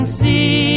see